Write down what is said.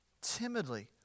timidly